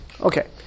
Okay